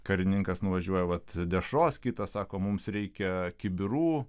karininkas nuvažiuoja vat dešros kitas sako mums reikia kibirų